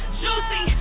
juicy